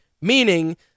meaning